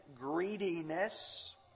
greediness